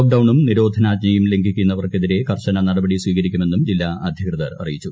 ലോക്ക്ഡൌണും നിരോധനാജ്ഞയും ലംഘിക്കുന്ന വർക്കെതിരെ കർശന നടപടി സ്വീകരിക്കുമെന്നും ജില്ല അധികൃതർ അറിയിച്ചു